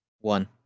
One